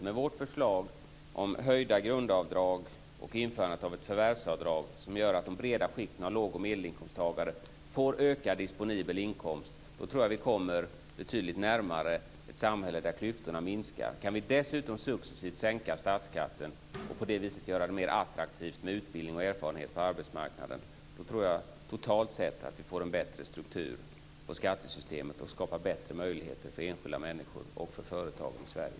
Med vårt förslag om höjda grundavdrag och införande av ett förvärvsavdrag som gör att de breda skikten av låg och medelinkomsttagare får ökad disponibel inkomst tror jag att vi kommer betydligt närmare ett samhälle där klyftorna minskar. Kan vi dessutom successivt sänka statsskatten och på det viset göra det mer attraktivt med utbildning och erfarenhet på arbetsmarknaden tror jag totalt sett att vi får en bättre struktur på skattesystemet och skapar bättre möjligheter för enskilda människor och företag i Sverige.